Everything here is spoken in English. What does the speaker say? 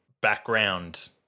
background